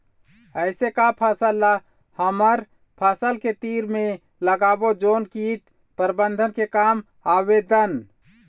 ऐसे का फसल ला हमर फसल के तीर मे लगाबो जोन कीट प्रबंधन के काम आवेदन?